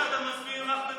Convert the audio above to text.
איזה ייצוג יש לך?